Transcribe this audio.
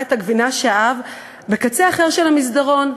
את הגבינה שאהב בקצה אחר של המסדרון,